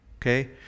Okay